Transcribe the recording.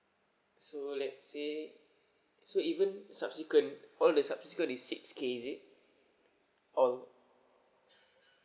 so let's say so even subsequent all the subsequent is six K is it all